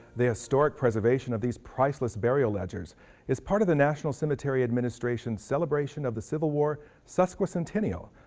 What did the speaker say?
the historic preservation of these priceless burial ledgers is part of the national cemetery administration's celebration of the civil war sesquicentennial,